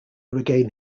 regain